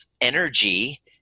energy